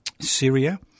Syria